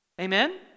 Amen